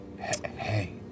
Hey